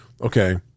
okay